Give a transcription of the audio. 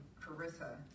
Carissa